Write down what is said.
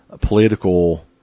political